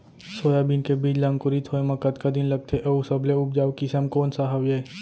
Soybean के बीज ला अंकुरित होय म कतका दिन लगथे, अऊ सबले उपजाऊ किसम कोन सा हवये?